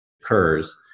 occurs